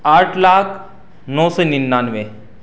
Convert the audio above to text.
آٹھ لاکھ نو سو ننانوے